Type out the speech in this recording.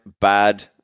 bad